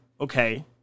Okay